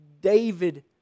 David